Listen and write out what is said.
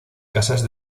casas